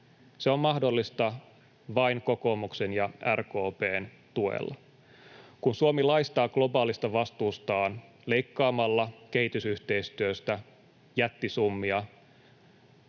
se on mahdollista vain kokoomuksen ja RKP:n tuella. Kun Suomi laistaa globaalista vastuustaan leikkaamalla kehitysyhteistyöstä jättisummia,